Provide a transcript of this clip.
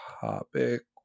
topic